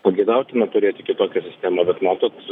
pageidautina turėti kitokią sistemą bet matot